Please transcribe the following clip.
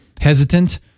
hesitant